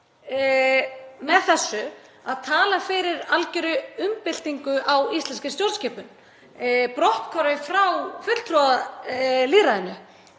með þessu að tala fyrir algerri umbyltingu á íslenskri stjórnskipun, brotthvarfi frá fulltrúalýðræðinu,